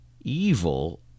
evil